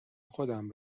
خودم